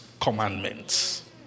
commandments